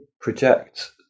project